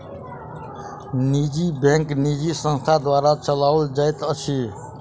निजी बैंक निजी संस्था द्वारा चलौल जाइत अछि